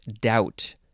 doubt